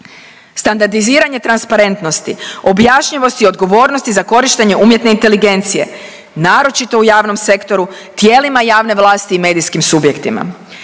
standardiziranje transparentnosti, objašnjivosti odgovornosti za korištenje umjetne inteligencije, naročito u javnom sektoru, tijelima javne vlasti i medijskim subjektima,